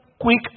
quick